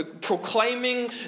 Proclaiming